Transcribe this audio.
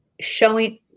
showing